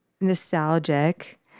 nostalgic